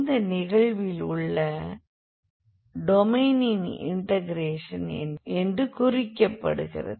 இந்த நிகழ்வில் உள்ள டொமைனின் இன்டெக்ரேஷன் என்று குறிக்கப்படுகிறது